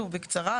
בקצרה,